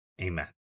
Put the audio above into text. Amen